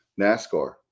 NASCAR